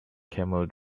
camel